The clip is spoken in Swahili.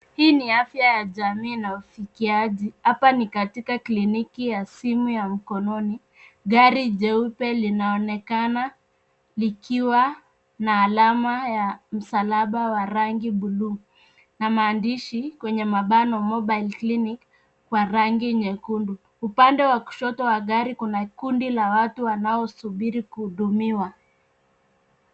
Hii ni afya ya jamii na ufikiaji. Hapa ni katika kliniki ya simu ya mkononi. Gari jeupe linaonekana likiwa na alama ya msalaba wa rangi bluu na maandishi kwenye mabano mobile clinic kwa rangi nyekundu. Upande wa kushoto wa gari kuna kundi la watu wanaosubiri kuhudumiwa.